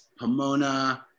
Pomona